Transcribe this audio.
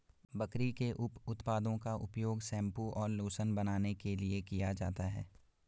बकरी के उप उत्पादों का उपयोग शैंपू और लोशन बनाने के लिए किया जाता है